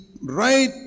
right